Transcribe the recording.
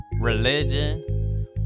religion